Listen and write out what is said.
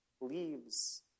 leaves